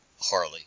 Harley